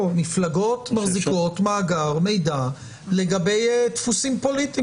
מפלגות מחזיקות מאגר מידע לגבי דפוסים פוליטיים